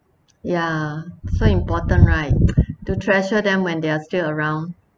ya so important right to treasure them when they are still around